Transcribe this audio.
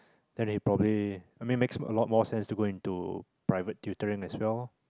then he probably I mean makes a lot more sense to go into private tutoring as well lor